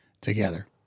together